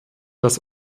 dass